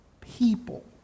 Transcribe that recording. people